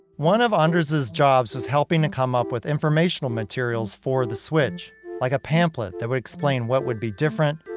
one of anders's is jobs is helping to come up with informational materials for the switch like a pamphlet that would explain what would be different,